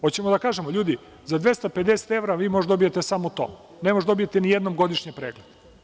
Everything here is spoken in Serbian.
Hoćemo da kažemo, ljudi, za 250 evra vi možete da dobijete samo to, ne možete da dobijete nijednom godišnje pregled.